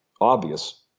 obvious